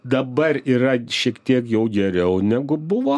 dabar yra šiek tiek jau geriau negu buvo